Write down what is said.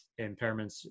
impairments